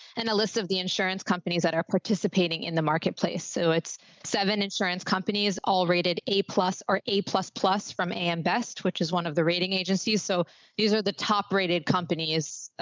and the list of the insurance companies that are participating in the marketplace. so it's seven insurance companies all rated a plus or a plus, plus from am best, which is one of the rating agencies. so these are the top rated companies. ah,